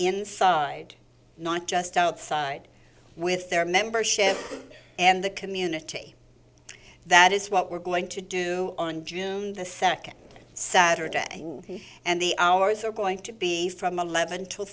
inside not just outside with their membership and the community that is what we're going to do on june the second saturday and the hours are going to be from eleven to